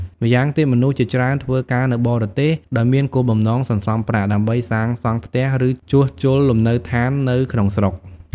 ម្យ៉ាងទៀត មនុស្សជាច្រើនធ្វើការនៅបរទេសដោយមានគោលបំណងសន្សំប្រាក់ ដើម្បីសាងសង់ផ្ទះឬជួសជុលលំនៅឋាននៅក្នុងស្រុក។